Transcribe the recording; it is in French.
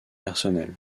personnelle